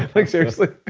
like, seriously.